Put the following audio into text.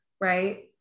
right